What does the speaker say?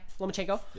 Lomachenko